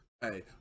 Hey